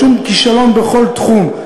רשום: כישלון בכל תחום.